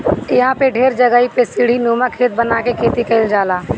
इहां पे ढेर जगही पे सीढ़ीनुमा खेत बना के खेती कईल जाला